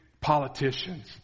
politicians